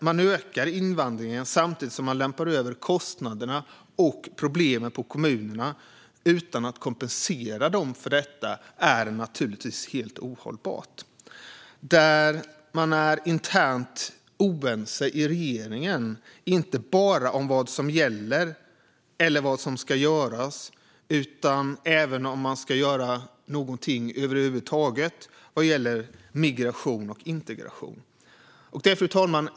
Man ökar invandringen samtidigt som man lämpar över kostnaderna och problemen på kommunerna utan att kompensera dem för detta, vilket naturligtvis är helt ohållbart. Och man är internt oense i regeringen, inte bara om vad som gäller eller om vad som ska göras utan även om man ska göra någonting över huvud taget vad gäller migration och integration. Fru talman!